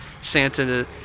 Santa